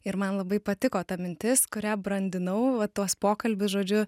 ir man labai patiko ta mintis kurią brandinau va tuos pokalbius žodžiu